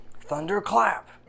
Thunderclap